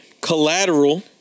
Collateral